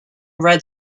red